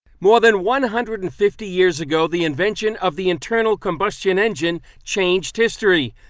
more than one hundred and fifty years ago, the invention of the internal combustion engine changed history.